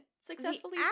successfully